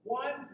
one